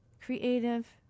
creative